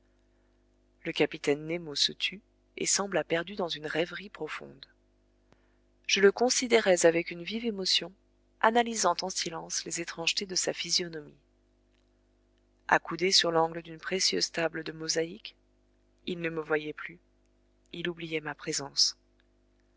le capitaine nemo se tut et sembla perdu dans une rêverie profonde je le considérais avec une vive émotion analysant en silence les étrangetés de sa physionomie accoudé sur l'angle d'une précieuse table de mosaïque il ne me voyait plus il oubliait ma présence